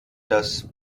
das